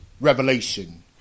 revelation